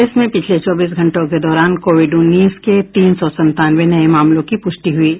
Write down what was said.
प्रदेश में पिछले चौबीस घंटों के दौरान कोविड उन्नीस के तीन सौ संतानवे नये मामलों की पुष्टि हुई है